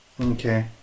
Okay